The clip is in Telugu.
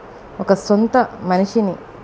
ఒక సొంత మనిషిని